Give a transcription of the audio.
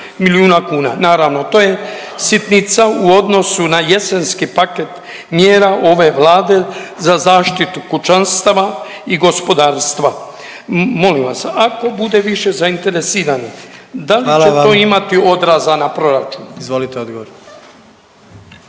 milijuna kuna, naravno to je sitnica u odnosu na jesenski paket mjera ove vlade za zaštitu kućanstava i gospodarstva. Molim vas, ako bude više zainteresiranih …/Upadica: Hvala vam/…da li će to imati odraza na proračun? **Jandroković,